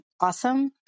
awesome